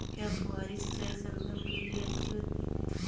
क्या फुहारी सिंचाई शलगम के लिए अच्छी होती है?